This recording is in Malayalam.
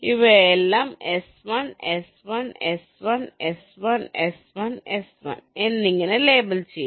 ഇവയെല്ലാം S1 S1 S1 S1 S1 S1 എന്നിങ്ങനെ ലേബൽ ചെയ്യും